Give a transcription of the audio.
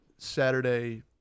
Saturday